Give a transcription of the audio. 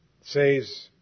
says